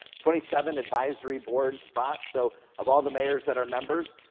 twenty seven advisory board spots, so of all the mayors that are members,